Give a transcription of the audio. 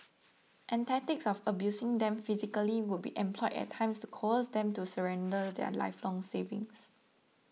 and tactics of abusing them physically would be employed at times to coerce them to surrender their lifelong savings